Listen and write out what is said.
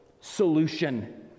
solution